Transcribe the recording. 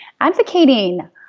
advocating